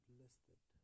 listed